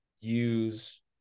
use